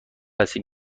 هستیم